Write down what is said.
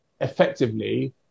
effectively